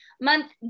month